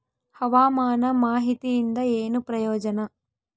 ಹವಾಮಾನ ಮಾಹಿತಿಯಿಂದ ಏನು ಪ್ರಯೋಜನ?